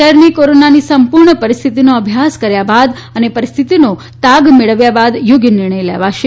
શહેરની કોરોનાની સંપૂર્ણ પરિસ્થિતિનો અભ્યાસ કર્યા બાદ અને પરિસ્થિતિનો તાગ મેળવ્યા બાદ થોગ્ય નિર્ણય લેવાશે